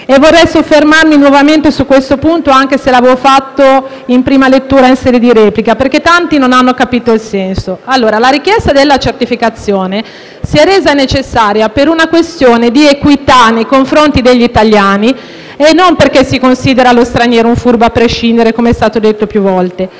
UE. Vorrei soffermarmi nuovamente su questo punto, anche se l'avevo fatto in prima lettura in sede di replica, perché tanti non hanno capito il senso. La richiesta della certificazione si è resa necessaria per una questione di equità nei confronti degli italiani e non perché si considera lo straniero un furbo a prescindere, come è stato detto più volte.